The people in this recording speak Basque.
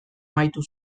amaitu